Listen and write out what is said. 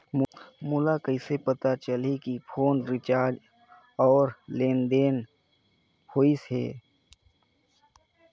मोला कइसे पता चलही की फोन रिचार्ज और लेनदेन होइस हे?